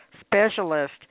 specialist